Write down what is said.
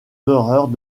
horreurs